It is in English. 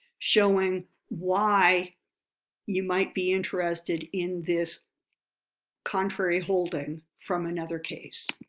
showing why you might be interested in this contrary holding from another case.